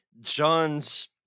John's